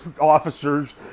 officers